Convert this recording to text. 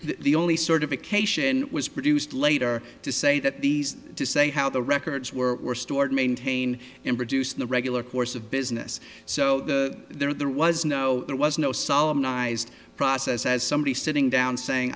the only sort of vacation was produced later to say that these to say how the records were stored maintain and produce the regular course of business so the there there was no there was no solomon ised process as somebody sitting down saying